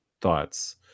thoughts